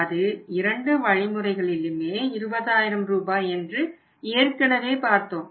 அது இரண்டு வழிமுறைகளிலுமே 20000 ரூபாய் என்று ஏற்கனவே பார்த்தோம்